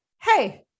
Hey